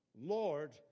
Lord